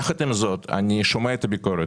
יחד עם זאת, אני שומע את הביקורת.